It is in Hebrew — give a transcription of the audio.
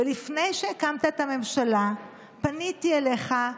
ולפני שהקמת את הממשלה פניתי אליך,